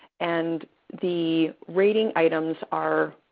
and the rating items are